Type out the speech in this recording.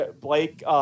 Blake, –